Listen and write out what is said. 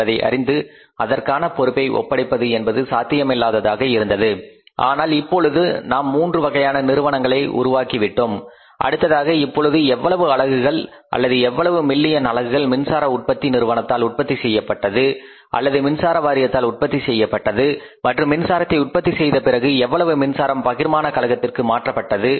என்பதை அறிந்து அதற்கான பொறுப்பை ஒப்படைப்பது என்பது சாத்தியமில்லாததாக இருந்தது ஆனால் இப்பொழுது நாம் மூன்று வகையான நிறுவனங்களை உருவாக்கிவிட்டோம் அடுத்ததாக இப்பொழுது எவ்வளவு அலகுகள் அல்லது எவ்வளவு மில்லியன் அலகுகள் மின்சார உற்பத்தி நிறுவனத்தால் உற்பத்தி செய்யப்பட்டது அல்லது மின்சார வாரியத்தால் உற்பத்தி செய்யப்பட்டது மற்றும் மின்சாரத்தை உற்பத்தி செய்த பிறகு எவ்வளவு மின்சாரம் பகிர்மான கழகத்திற்கு மாற்றப்பட்டது